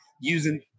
using